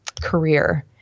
career